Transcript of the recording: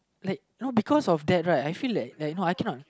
like you know because of that right I feel like like you know I cannot